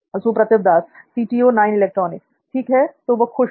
सुप्रतिव दास ठीक है तो वह खुश होगा